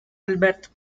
alberto